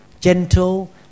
gentle